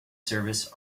service